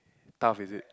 tough is it